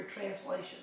translation